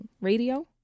Radio